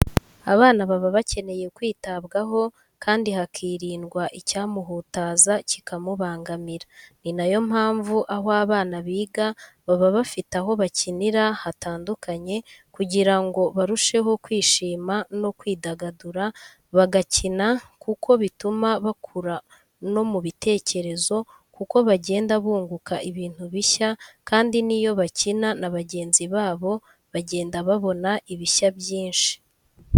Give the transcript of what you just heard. Abana baba bakeneye kwitabwaho kandi hakirindwa icyamuhutaza kikamubangamira. Ni na yo mpamvu aho abana biga baba bafite aho bakinira hatandukanye kugira ngo barusheho kwishima no kwidagadura bagakina kuko bituma bakura no mu bitekerezo kuko bagenda bunguka ibintu bishya kandi n'iyo bakina na bagenzi babo bagenda babona ibishya byinshi.